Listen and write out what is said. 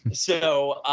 so,